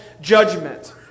judgment